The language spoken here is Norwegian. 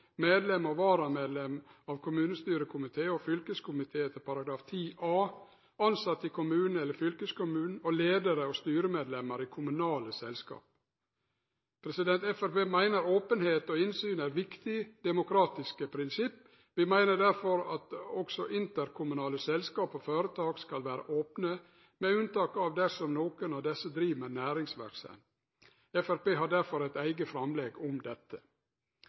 og varamedlem av kommunestyrekomité og fylkestingskomité etter § 10 a, ansatte i kommunen eller fylkeskommunen, og ledere og styremedlemmer i kommunale selskap.» Framstegspartiet meiner openheit og innsyn er viktige demokratiske prinsipp. Vi meiner derfor at også interkommunale selskap og føretak skal vere opne, med unntak av dersom nokon av desse driv med næringsverksemd. Framstegspartiet har derfor eit eige framlegg om dette.